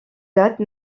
date